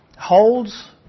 holds